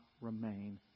remain